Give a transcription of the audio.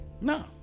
no